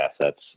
assets